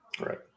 right